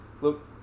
look